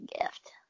gift